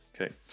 Okay